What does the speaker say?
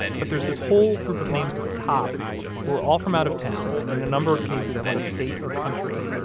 but there's this whole group of names at the top who are all from out of town, and in a number of cases out of state or country.